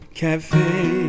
cafe